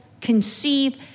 conceive